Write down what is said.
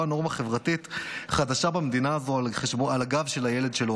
נורמה חברתית חדשה במדינה הזאת על הגב של הילד שלו,